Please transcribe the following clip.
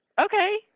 Okay